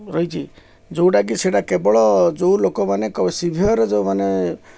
ରହିଛି ଯୋଉଟାକି ସେଟା କେବଳ ଯୋଉ ଲୋକମାନେ ଶିଭିୟର ଯୋଉମାନେ